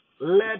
Let